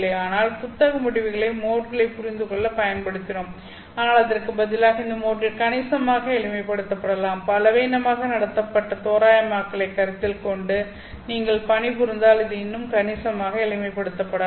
ஆனால் புத்தக முடிவுகளைப் மோட்களைப் புரிந்துகொள்ள பயன்படுத்தினோம் ஆனால் அதற்கு பதிலாக இந்த மோட்கள் கணிசமாக எளிமைப்படுத்தப்படலாம் பலவீனமாக வழிநடத்தப்பட்ட தோராயமாக்கலை கருத்தில் கொண்டு நீங்கள் பணிபுரிந்தால் இது இன்னமும் கணிசமாக எளிமைப்படுத்தப்படலாம்